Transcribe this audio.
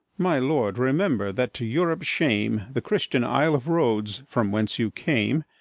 my lord, remember that, to europe's shame, the christian isle of rhodes, from whence you came,